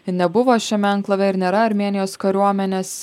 nebuvo šiame anklave ir nėra armėnijos kariuomenės